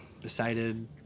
decided